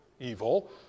evil